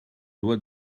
loi